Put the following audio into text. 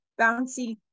Bouncy